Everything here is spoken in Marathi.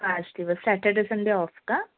पाच दिवस सॅटरडे संडे ऑफ का